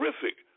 terrific